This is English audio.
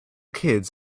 kids